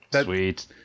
sweet